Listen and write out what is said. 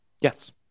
Yes